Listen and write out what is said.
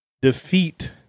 defeat